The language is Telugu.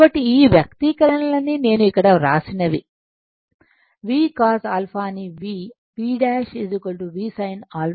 కాబట్టి ఈ వ్యక్తీకరణలన్నీ నేను ఇక్కడ వ్రాసినవి V Cos α ని v v ' V sin α